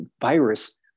virus